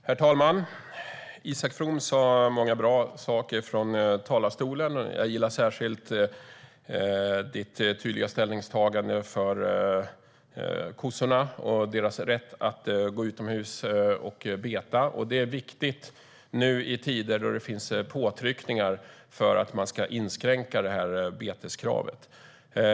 Herr talman! Isak From sa många bra saker från talarstolen. Jag gillar särskilt hans tydliga ställningstagande för kossorna och deras rätt att beta utomhus. Det är viktigt nu i tider då det finns påtryckningar för att inskränka beteskravet.